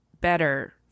better